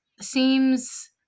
seems